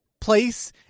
place